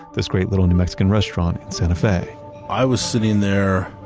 this great little new mexican restaurant in santa fe i was sitting there